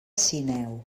sineu